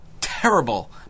terrible